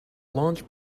launch